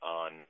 on